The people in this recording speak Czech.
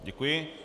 Děkuji.